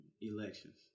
elections